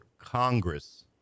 Congress